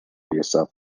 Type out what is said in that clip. yourself